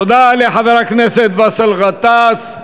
תודה לחבר הכנסת באסל גטאס.